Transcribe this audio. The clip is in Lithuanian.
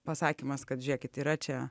pasakymas kad žiūrėkit yra čia